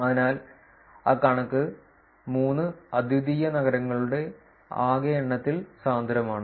അതിനാൽ ആ കണക്ക് 3 അദ്വിതീയ നഗരങ്ങളുടെ ആകെ എണ്ണത്തിൽ സാന്ദ്രമാണ്